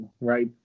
right